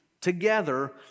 together